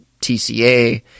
TCA